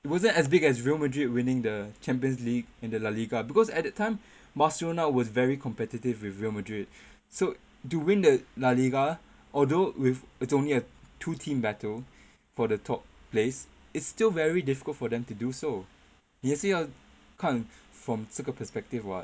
it wasn't as big as Real Madrid winning the champions league and the la liga because at that time Barcelona was very competitive with Real Madrid so to win the la liga although with only a two team battle for the top place is still very difficult for them to do so 也是要看 from 这个 perspective [what]